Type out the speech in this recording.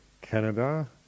Canada